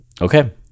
Okay